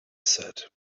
said